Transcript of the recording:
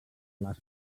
les